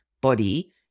body